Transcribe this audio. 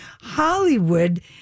Hollywood